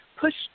pushed